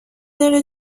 داره